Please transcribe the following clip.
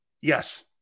Yes